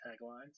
taglines